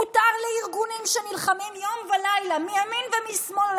מותר לארגונים שנלחמים יום ולילה מימין ומשמאל על